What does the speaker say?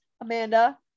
amanda